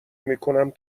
میکنم